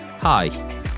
Hi